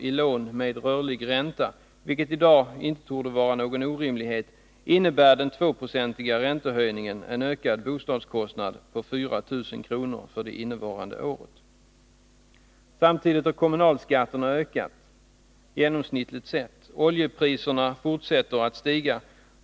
i lån med rörlig ränta — vilket i dag inte torde vara någon orimlighet — innebär den tvåprocentiga räntehöjningen en ökad bostadskostnad på 4000 kr. för innevarande år. Samtidigt har kommunalskatterna — genomsnittligt sett — ökat. Oljepriserna fortsätter att stiga.